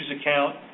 account